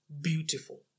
beautiful